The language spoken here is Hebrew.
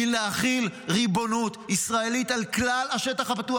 היא להחיל ריבונות ישראלית על כלל השטח הפתוח,